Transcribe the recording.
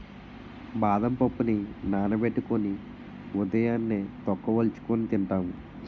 బాదం పప్పుని నానబెట్టుకొని ఉదయాన్నే తొక్క వలుచుకొని తింటాము